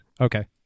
okay